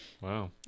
Wow